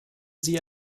sie